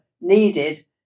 needed